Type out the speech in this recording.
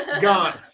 Gone